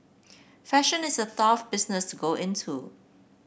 fashion is a tough business go into